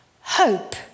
hope